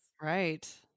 Right